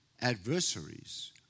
adversaries